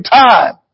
time